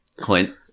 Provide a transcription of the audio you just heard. clint